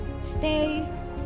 Stay